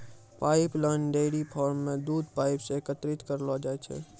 pipeline dairy farm म दूध pipe सें एकत्रित करलो जाय छै